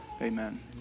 Amen